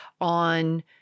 on